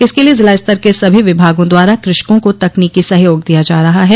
इसके लिए जिलास्तर के सभी विभागों द्वारा कृषकों को तकनीकी सहयोग दिया जा रहा है